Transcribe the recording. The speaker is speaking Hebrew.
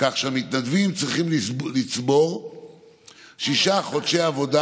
כך שהמתנדבים צריכים לצבור שישה חודשי עבודה